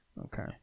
okay